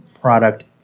product